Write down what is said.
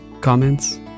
Comments